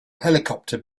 helicopter